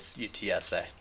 UTSA